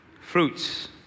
Fruits